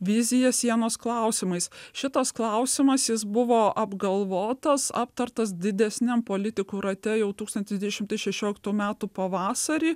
viziją sienos klausimais šitas klausimas jis buvo apgalvotas aptartas didesniam politikų rate jau tūkstantis devyni šimtai šešioliktų metų pavasarį